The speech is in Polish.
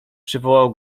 przywołał